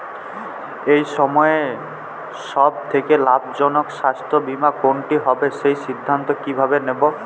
এই সময়ের সব থেকে লাভজনক স্বাস্থ্য বীমা কোনটি হবে সেই সিদ্ধান্ত কীভাবে নেব?